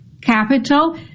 capital